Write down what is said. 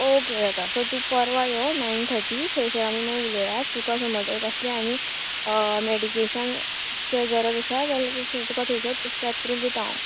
okay जाता सो तूं परवां यो णायण थटी थंयसर आमी माय उलोवया तुका समज तर कसले आनी मॅडिकेशनाचें गरज आसा जाल्यार तें सुद्दां तुका थंयसर प्रिस्क्रायब करून दिता हांव